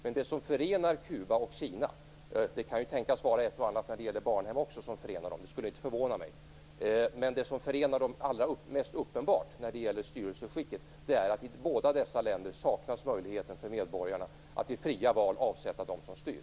Men det som allra mest uppenbart förenar Kuba och Kina när det gäller styrelseskicket - det kan ju tänkas vara ett och annat som förenar dem också när det gäller barnhem; det skulle inte förvåna mig - är att i båda dessa länder saknas möjligheten för medborgarna att i fria val avsätta dem som styr.